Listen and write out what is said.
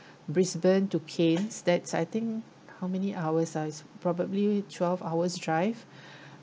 brisbane to cairns that's I think how many hours ah it's probably twelve hours' drive